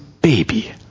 baby